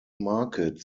market